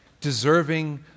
deserving